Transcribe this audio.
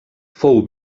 fou